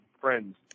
friends